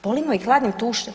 Polijmo ih hladnim tušem.